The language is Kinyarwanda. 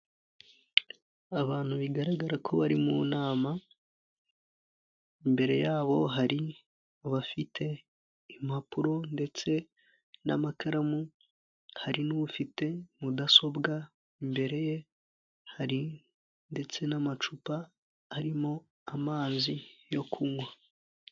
Abantu bigaragara ko bari mu nama, imbere yabo hari abafite impapuro ndetse n'amakaramu, hari n'ufite mudasobwa imbere ye, hari ndetse n'amacupa arimo amazi yo kunywa.